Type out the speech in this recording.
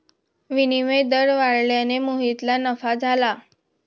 विनिमय दर वाढल्याने मोहितला नफा झाला